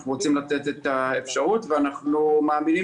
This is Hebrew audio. אנחנו רוצים לתת את זה כאפשרות ואנחנו מאמינים